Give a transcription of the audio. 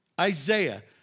Isaiah